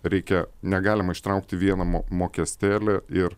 reikia negalima ištraukti vieną mo mokestėlį ir